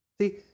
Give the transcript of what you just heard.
See